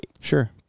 Sure